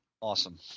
Awesome